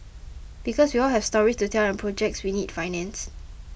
because we all have stories to tell and projects we need financed